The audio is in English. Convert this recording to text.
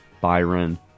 Byron